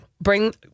Bring